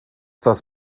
das